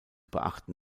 beachten